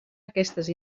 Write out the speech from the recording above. aquestes